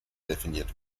definiert